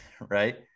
right